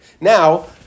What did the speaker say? now